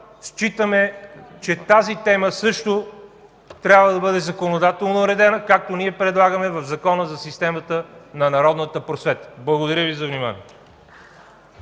считаме, че тази тема също трябва да бъде законодателно уредена, както ние предлагаме в закона за системата на народната просвета. Благодаря Ви за вниманието.